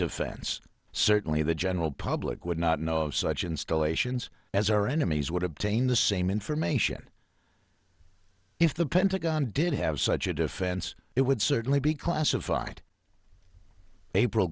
defense certainly the general public would not know of such installations as our enemies would obtain the same information if the pentagon did have such a defense it would certainly be classified april